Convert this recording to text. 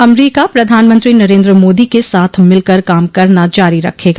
अमरीका प्रधानमंत्री नरेन्द्र मोदी के साथ मिलकर काम करना जारी रखेगा